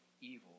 evil